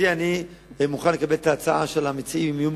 אני מוכן לקבל את ההצעה של המציעים שהדיון